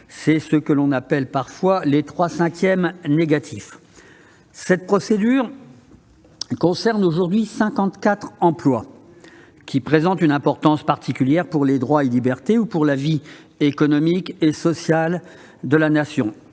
c'est ce que l'on appelle parfois les « trois cinquièmes négatifs ». Cette procédure concerne aujourd'hui 54 emplois, qui présentent une « importance particulière pour les droits et libertés ou pour la vie économique et sociale de la Nation